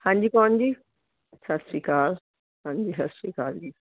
ਹਾਂਜੀ ਕੌਣ ਜੀ ਸਤਿ ਸ਼੍ਰੀ ਅਕਾਲ ਹਾਂਜੀ ਸਤਿ ਸ਼੍ਰੀ ਅਕਾਲ ਜੀ